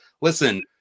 listen